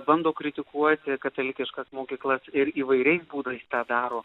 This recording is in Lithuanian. bando kritikuoti katalikiškas mokyklas ir įvairiais būdais tą daro